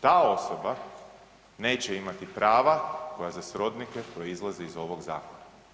Ta osoba neće imati prava koja za srodnike proizlazi iz ovog zakona.